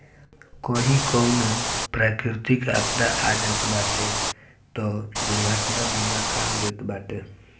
कही कवनो प्राकृतिक आपदा आ जात बाटे तअ दुर्घटना बीमा काम देत बाटे